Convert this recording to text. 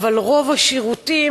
אבל רוב השירותים,